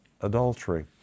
adultery